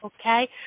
okay